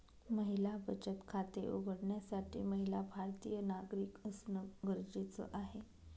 महिला बचत खाते उघडण्यासाठी महिला भारतीय नागरिक असणं गरजेच आहे